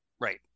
Right